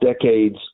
decades